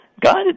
God